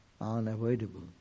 unavoidable